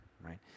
right